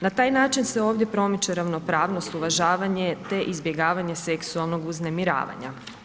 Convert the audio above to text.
Na taj način se ovdje promiče ravnopravnost, uvažavanje te izbjegavanje seksualnog uznemiravanja.